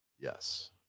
Yes